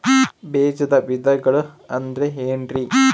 ಬೇಜದ ವಿಧಗಳು ಅಂದ್ರೆ ಏನ್ರಿ?